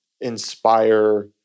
inspire